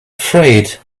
afraid